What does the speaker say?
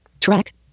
Track